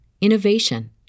innovation